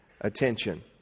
attention